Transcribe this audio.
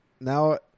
now